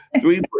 three